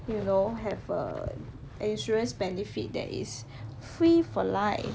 you know have a insurance benefit that is free for life